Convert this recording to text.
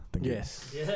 Yes